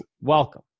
welcome